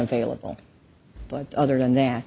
available but other than that